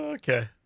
okay